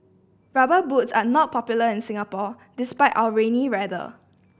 Rubber Boots are not popular in Singapore despite our rainy weather